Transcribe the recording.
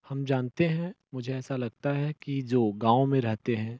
हम जानते हैं मुझे ऐसा लगता है कि जो गाँव में रहते हैं